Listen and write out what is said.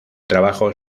trabajo